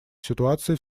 ситуацией